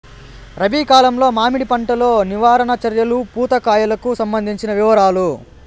రబి కాలంలో మామిడి పంట లో నివారణ చర్యలు పూత కాయలకు సంబంధించిన వివరాలు?